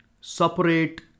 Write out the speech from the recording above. separate